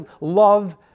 love